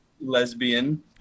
lesbian